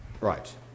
Right